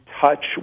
touch